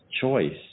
choice